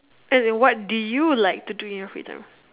as in what do you like to do in your free time